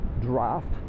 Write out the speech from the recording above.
draft